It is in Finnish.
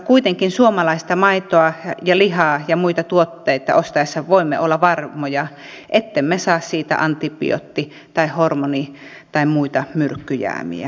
kuitenkin suomalaista maitoa ja lihaa ja muita tuotteita ostaessa voimme olla varmoja ettemme saa siitä antibiootti tai hormoni tai muita myrkkyjäämiä